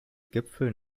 gipfel